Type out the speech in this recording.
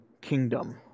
kingdom